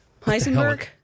Heisenberg